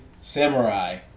samurai